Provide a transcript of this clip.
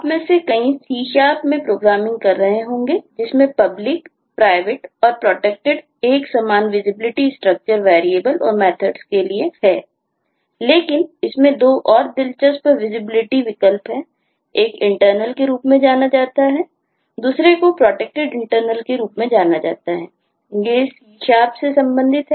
आप में से कई C में प्रोग्रामिंग तक सीमित हैं